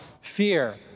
fear